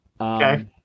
Okay